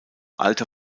alter